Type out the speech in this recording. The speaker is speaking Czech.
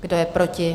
Kdo je proti?